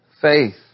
faith